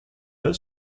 del